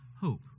hope